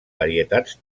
varietats